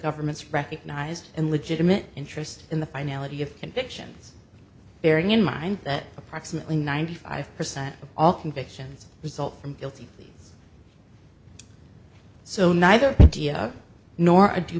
government's recognized and legitimate interest in the finality of convictions bearing in mind that approximately ninety five percent of all convictions result from guilty so neither idea nor